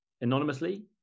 anonymously